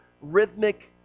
rhythmic